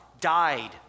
died